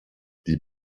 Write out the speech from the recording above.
die